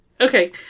okay